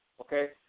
okay